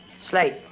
Slate